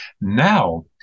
Now